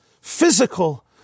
physical